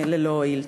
ללא הועיל.